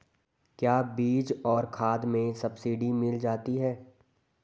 क्या बीज और खाद में सब्सिडी मिल जाती है?